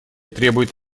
требует